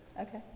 Okay